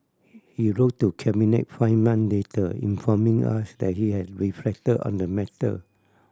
he wrote to Cabinet five month later informing us that he had reflected on the matter